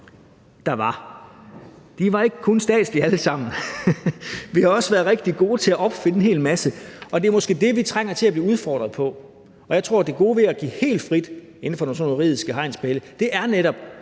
regler, der var, ikke kun var statslige, for vi har i kommunen også været rigtig gode til at opfinde en hel masse, og det er måske det, vi trænger til at blive udfordret på. Jeg tror, at det gode ved at give helt frit inden for de juridiske hegnspæle netop